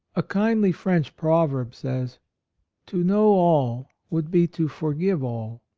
a kindly french proverb says to know all would be to forgive all.